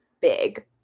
big